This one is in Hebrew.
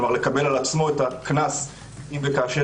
כלומר לקבל על עצמו את הקנס אם וכאשר